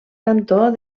cantor